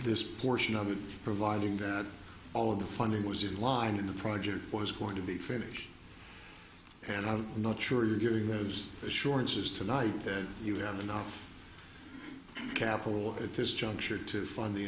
this portion of it providing that all of the funding was in line and the project was going to be finished and i'm not sure you're hearing those assurances tonight that you have enough capital at this juncture to fund the